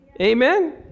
Amen